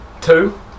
Two